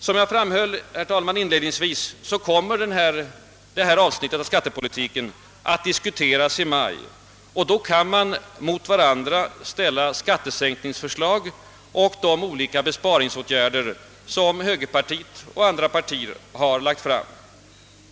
Som jag inledningsvis framhöll, herr talman, kommer detta avsnitt av skattepolitiken att diskuteras i maj. Då kan vi mot varandra ställa skattesänkningsförslagen och de olika besparingsåtgärder som högerpartiet och andra partier har lagt fram.